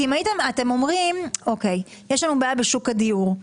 אתם אומרים שיש לנו בעיה בשוק הדיור,